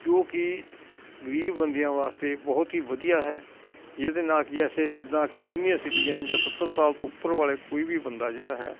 ਜੋ ਕਿ ਗਰੀਬ ਬੰਦਿਆਂ ਵਾਸਤੇ ਬਹੁਤ ਹੀ ਵਧੀਆ ਹੈ ਜਿਹਦੇ ਨਾਲ ਕਿ ਜੈਸੇ ਜਿੱਦਾਂ ਕਿ ਸੀਨੀਅਰ ਸਿਟੀਜਨ ਜਾਂ ਸੱਤਰ ਸਾਲ ਤੋਂ ਉੱਪਰ ਵਾਲੇ ਕੋਈ ਵੀ ਬੰਦਾ ਜਿਹੜਾ ਹੈ